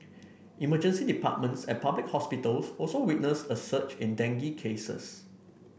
emergency departments at public hospitals also witnessed a surge in dengue cases